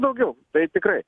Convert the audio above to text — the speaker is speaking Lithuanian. daugiau tai tikrai